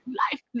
life